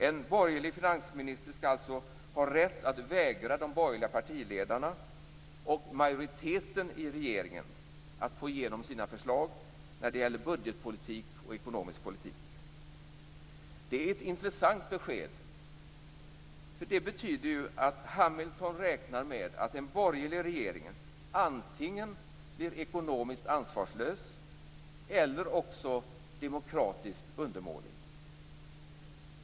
En borgerlig finansminister skall alltså ha rätt att vägra de borgerliga partiledarna och majoriteten i regeringen att få igenom sina förslag när det gäller budgetpolitik och ekonomisk politik. Det är ett intressant besked. Det betyder att Hamilton räknar med att en borgerlig regering blir antingen ekonomiskt ansvarslös eller också demokratiskt undermålig.